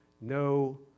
No